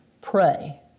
pray